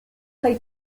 kaj